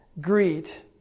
greet